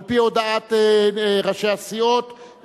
על-פי הודעת ראשי הסיעות,